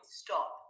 stop